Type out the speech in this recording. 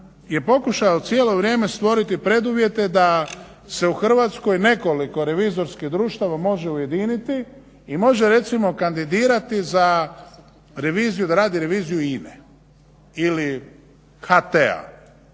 je pokušao cijelo vrijeme stvoriti preduvjete da se u Hrvatskoj nekoliko revizorskih društava može ujediniti i može recimo kandidirati za reviziju grad i reviziju Ine ili HT-a